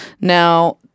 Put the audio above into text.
Now